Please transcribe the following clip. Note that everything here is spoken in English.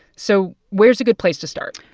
so where's a good place to start?